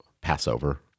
Passover